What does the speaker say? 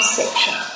section